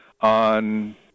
on